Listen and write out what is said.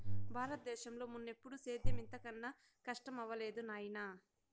బారత దేశంలో మున్నెప్పుడూ సేద్యం ఇంత కనా కస్టమవ్వలేదు నాయనా